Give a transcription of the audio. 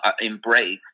embrace